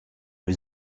was